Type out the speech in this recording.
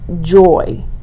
joy